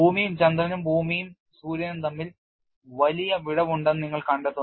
ഭൂമിയും ചന്ദ്രനും ഭൂമിയും സൂര്യനും തമ്മിൽ വലിയ വിടവ് ഉണ്ടെന്ന് നിങ്ങൾ കണ്ടെത്തുന്നു